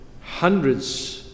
hundreds